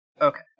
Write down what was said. Okay